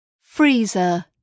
freezer